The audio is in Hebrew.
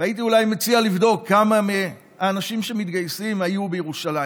הייתי אולי מציע לבדוק כמה מהאנשים שמתגייסים היו בירושלים